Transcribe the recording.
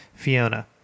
Fiona